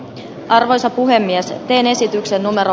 arvoisa puhemies teen esityksen numero